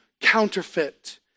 counterfeit